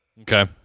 Okay